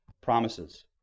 promises